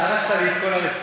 הרסת לי את כל הרצינות.